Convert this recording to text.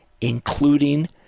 including